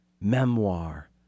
memoir